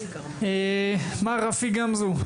מר רפי גמזו,